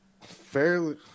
fairly